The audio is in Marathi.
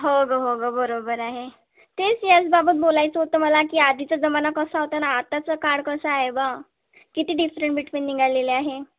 हो गं हो गं बरोबर आहे तेच याचबाबत बोलायचं होतं मला की आधीचा जमाना कसा होतं आणि आताचं काळ कसं आहे बा किती डिफरंट बिटविन निघालेले आहे